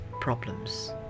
problems